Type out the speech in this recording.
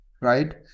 right